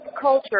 culture